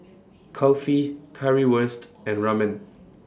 Kulfi Currywurst and Ramen